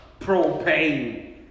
propane